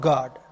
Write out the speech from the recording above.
God